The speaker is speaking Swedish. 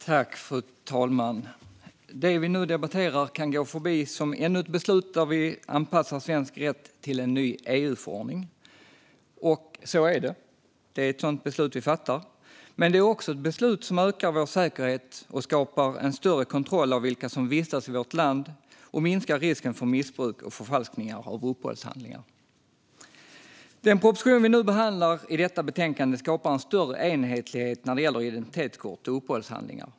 Fru talman! Det vi nu debatterar kan gå förbi som ännu ett beslut där vi anpassar svensk rätt till en ny EU-förordning. Så är det; det är ett sådant beslut vi fattar. Men det är också ett beslut som ökar vår säkerhet och som skapar en större kontroll av vilka som vistas i vårt land och minskar risken för missbruk och förfalskningar av uppehållshandlingar. Den proposition vi nu behandlar i detta betänkande skapar en större enhetlighet när det gäller identitetskort och uppehållshandlingar.